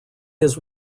his